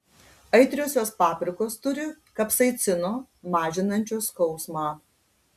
aitriosios paprikos turi kapsaicino mažinančio skausmą